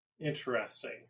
interesting